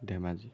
Dhemaji